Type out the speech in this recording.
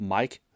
Mike